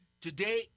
Today